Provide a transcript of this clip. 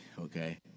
okay